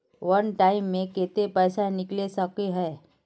वन time मैं केते पैसा निकले सके है?